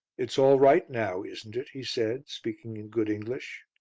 it's all right now, isn't it? he said, speaking in good english.